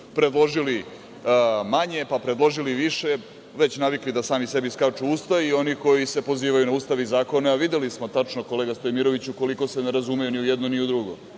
predložili manje, pa predložili više, već navikli da sami sebi skaču u usta i onih koji se pozivaju na Ustav i zakone, a videli smo tačno, kolega Stojmiroviću, koliko se ne razumeju ni u jedno ni u drugo.